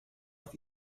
auf